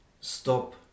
Stop